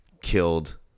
Killed